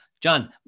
John